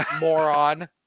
moron